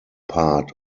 part